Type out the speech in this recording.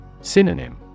Synonym